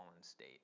state